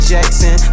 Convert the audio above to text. Jackson